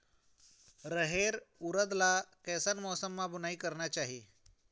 रहेर उरद ला कैसन मौसम मा बुनई करना चाही?